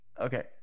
Okay